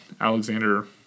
Alexander